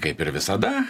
kaip ir visada